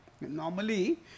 Normally